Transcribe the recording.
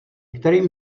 kterým